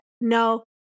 no